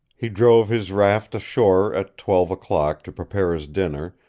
he drove his raft ashore at twelve o'clock to prepare his dinner,